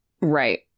Right